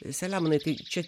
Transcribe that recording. selemonui tai čia